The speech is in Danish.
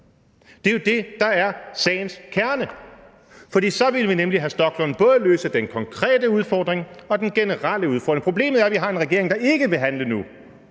Det er jo det, der er sagens kerne, for så ville vi nemlig, hr. Rasmus Stoklund, både løse den konkrete udfordring og den generelle udfordring. Problemet er, at vi har en regering, der ikke vil handle nu,